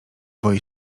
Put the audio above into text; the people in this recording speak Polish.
boi